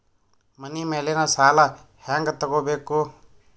ಮನಿ ಮೇಲಿನ ಸಾಲ ಹ್ಯಾಂಗ್ ತಗೋಬೇಕು?